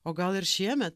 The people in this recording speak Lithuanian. o gal ir šiemet